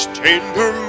tender